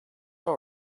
all